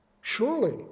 surely